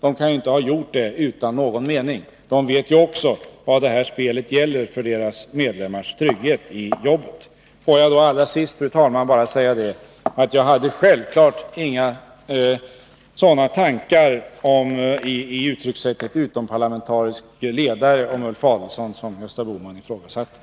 De kan ju inte ha gjort det utan någon mening. Också de vet vad spelet gäller, inte minst för deras medlemmars trygghet i jobbet. Låt mig, fru talman, till sist säga att jag självfallet inte avsåg att använda uttrycket utomparlamentarisk ledare om Ulf Adelsohn, på det sätt som Gösta Bohman antog.